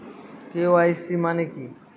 KYC মানে কি?